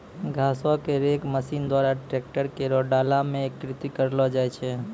घासो क रेक मसीन द्वारा ट्रैकर केरो डाला म एकत्रित करलो जाय छै